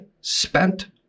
spent